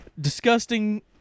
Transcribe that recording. Disgusting